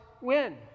win